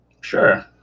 Sure